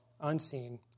unseen